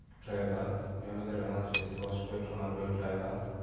drivers. we have a guide on how to install spreadtrum android drivers.